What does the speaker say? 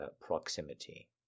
Proximity